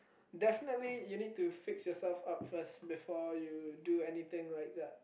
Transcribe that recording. definitely you need to fix yourself up first before you do anything like that